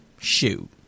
Shoot